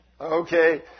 Okay